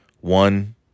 One